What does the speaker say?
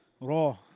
Raw